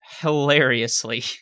hilariously